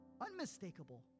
unmistakable